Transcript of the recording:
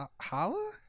holla